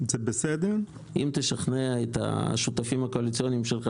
אם תשכנע את השותפים הקואליציוניים שלך